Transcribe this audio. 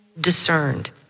discerned